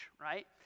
right